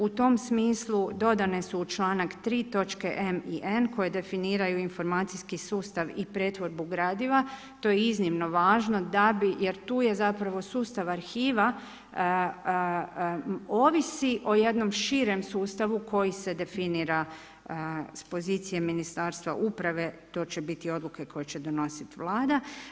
U tom smislu dodane su u članak 3. točke m i ne koje definiraju informacijski sustav i pretvorbu gradiva, to je iznimno važno da bi jer tu je zapravo sustav arhiva ovisi o jednom širem sustavu koji se definira s pozicije Ministarstva uprave, to će biti odluke koje će donositi Vlada.